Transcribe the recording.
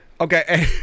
Okay